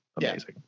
amazing